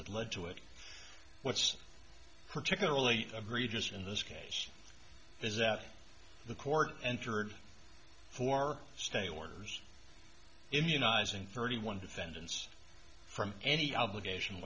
that led to it what's particularly egregious in this case is that the court entered for stay orders immunizing thirty one defendants from any obligation